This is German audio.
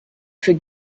für